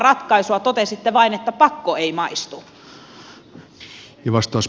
totesitte vain että pakko ei maistu